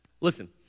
Listen